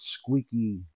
squeaky